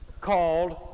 called